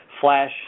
flash